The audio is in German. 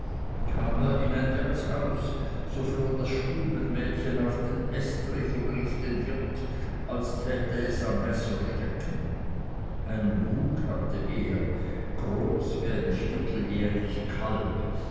in ein wirtshaus so floh das stubenmädchen auf den estrich und rief den wirt als täte es am messer stecken einen hund hatte er groß wie ein vierteljährig kalb